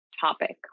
topic